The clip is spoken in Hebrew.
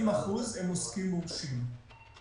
כ-20% הם עוסקים מורשים.